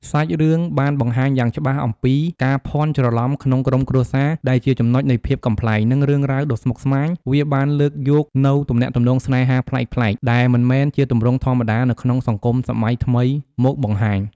សាច់រឿង បានបង្ហាញយ៉ាងច្បាស់អំពី ការភាន់ច្រឡំក្នុងក្រុមគ្រួសារ ដែលជាចំណុចនៃភាពកំប្លែង និងរឿងរ៉ាវដ៏ស្មុគស្មាញ វាបានលើកយកនូវទំនាក់ទំនងស្នេហាប្លែកៗ ដែលមិនមែនជាទម្រង់ធម្មតានៅក្នុងសង្គមសម័យថ្មីមកបង្ហាញ។